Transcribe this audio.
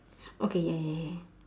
okay ya ya ya ya